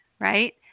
right